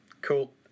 cool